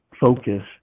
focus